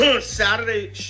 saturday